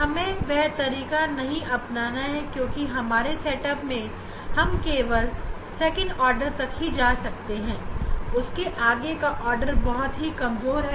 हमें वह तरीका नहीं अपनाना है क्योंकि हमारे सेट अप हम केवल सेकंड ऑर्डर तक जा रहा है और उसके आगे के आर्डर बहुत ही कमजोर हैं